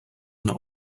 not